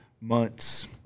months